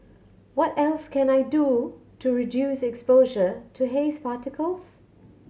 what else can I do to reduce exposure to haze particles